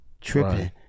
tripping